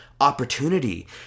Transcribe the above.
opportunity